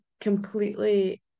completely